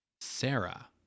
Sarah